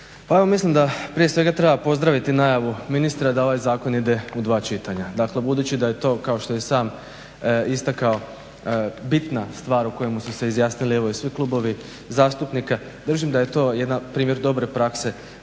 Pa evo mislim da prije svega treba pozdraviti najavu ministra da ovaj zakon ide u 2 čitanja. Dakle, budući da je to kao što je i sam istakao bitna stvar o kojemu su se izjasnili evo i svi klubovi zastupnika. Držim da je to jedna, primjer dobre prakse,